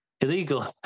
illegal